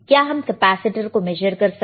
क्या हम कैपेसिटर को मेजर कर सकते हैं